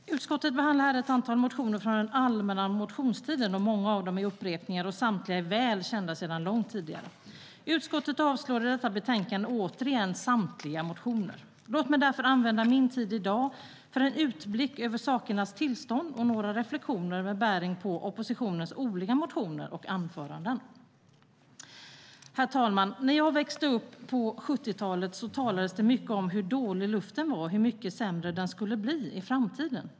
Herr talman! Utskottet behandlar här ett antal motioner från den allmänna motionstiden, och många är upprepningar och samtliga väl kända sedan långt tidigare. Utskottet avstyrker i detta betänkande återigen samtliga motioner. Låt mig därför använda min tid i dag för en utblick över sakernas tillstånd och några reflexioner med bäring på oppositionens olika motioner och anföranden. Herr talman! När jag växte upp på 1970-talet talades det mycket om hur dålig luften var och hur mycket sämre den skulle bli i framtiden.